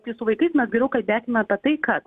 tai su vaikais mes geriau kalbėsim apie tai kad